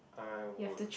I would